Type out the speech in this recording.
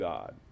God